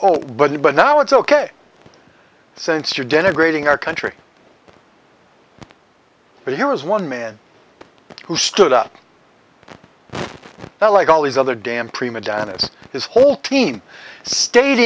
oh but now it's ok since you're denigrating our country but here is one man who stood up that like all these other damn prima donnas his whole team sta